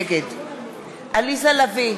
נגד עליזה לביא,